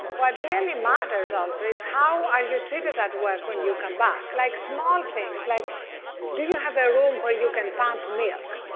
what really matters also is how are you treated at work when you come back. like small things like do you have a room where you can pump milk?